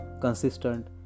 consistent